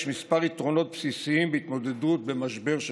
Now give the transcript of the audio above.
כמה יתרונות בסיסיים בהתמודדות במשבר שכזה.